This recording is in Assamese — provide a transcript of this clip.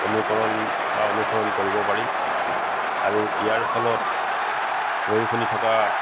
অনুকৰণ বা অনুসৰণ কৰিব পাৰি আৰু ইয়াৰ ফলত পঢ়ি শুনি থকা